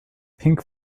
pink